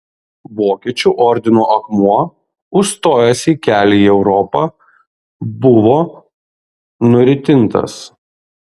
vokiečių ordino akmuo užstojęs jai kelią į europą buvo nuritintas